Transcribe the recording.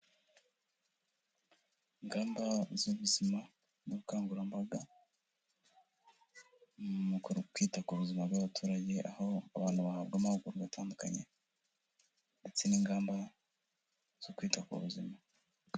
Ingamba z'ubuzima n'ubukangurambaga mu kwita ku buzima bw'abaturage, aho abantu bahabwa amahugurwa atandukanye, ndetse n'ingamba zo kwita ku buzima.